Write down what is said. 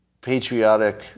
patriotic